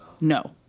No